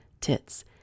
tits